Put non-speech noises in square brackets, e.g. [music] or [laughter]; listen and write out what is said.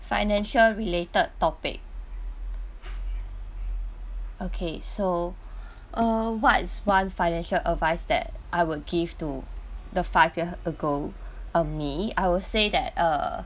financial related topic [noise] okay so uh what is one financial advice that I would give to the five year ago um me I would say that err